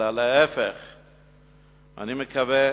אלא להיפך, אני מקווה,